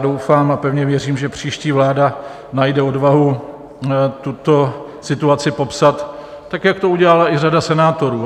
Doufám a pevně věřím, že příští vláda najde odvahu tuto situaci popsat tak, jak to udělala i řada senátorů.